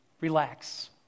relax